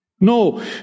No